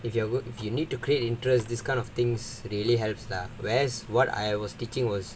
if you are good if you need to create interest this kind of things really helps lah whereas what I was teaching was